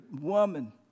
woman